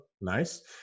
Nice